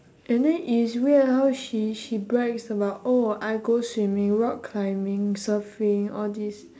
and then it is weird how she she brags about oh I go swimming rock climbing surfing all these